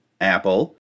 Apple